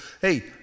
hey